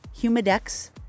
Humidex